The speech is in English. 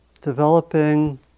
Developing